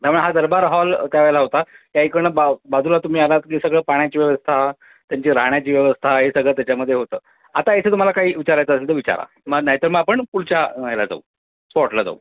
त्यामुळे हा दरबार हॉल त्यावेळेला होता त्याइकडनं बा बाजूला तुम्ही आलात की सगळं पाण्याची व्यवस्था त्यांची राहण्याची व्यवस्था हे सगळं त्याच्यामध्ये होतं आता इथे तुम्हाला काही विचारायचं असेल तर विचारा मग नाही तर मग आपण पुढच्या ह्याला जाऊ स्पॉटला जाऊ